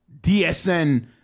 DSN